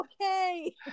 Okay